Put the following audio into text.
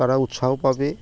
তারা উৎসাহ পাবে